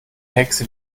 hexe